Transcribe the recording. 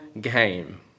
game